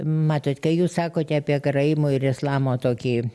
matot kai jūs sakote apie karaimų ir islamo tokį